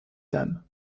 dames